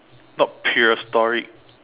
not prehistoric